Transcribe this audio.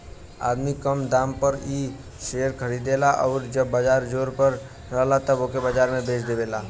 आदमी कम दाम पर इ शेअर खरीदेला आउर जब बाजार जोर पर रहेला तब ओके बाजार में बेच देवेला